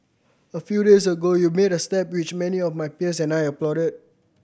a few days ago you made a step which many of my peers and I applauded